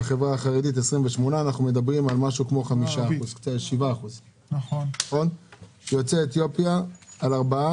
משהו כמו 7%. בקרב יוצאי אתיופיה יש תשעה עובדים,